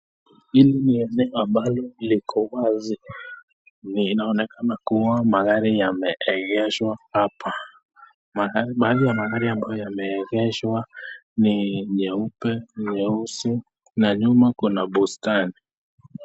Hili ni eneo ambalo liko wazi. Inaonekana kuwa magari yameegeshwa hapa. Mahali ya magari ambayo yameegeshwa ni nyeupe, nyeusi na nyuma kuna bustani.